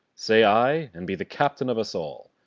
say ay and be the captain of us all.